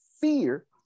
fear